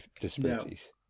disabilities